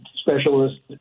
specialist